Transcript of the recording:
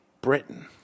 Britain